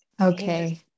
okay